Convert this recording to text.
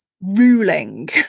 ruling